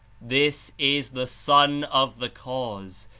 this is the sun of the cause,